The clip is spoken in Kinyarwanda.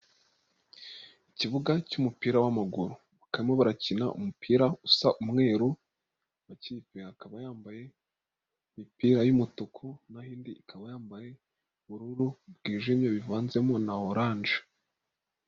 Ikibuga cy'umupira w'amaguru bakaba barimo barakina umupira usa umweru, amakipe akaba yambaye imipira y'umutuku naho indi ikaba yambaye ubururu bwijimye bivanzemo na oranje.